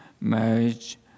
marriage